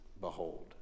Behold